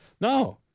No